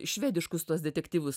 švediškus tuos detektyvus